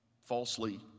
falsely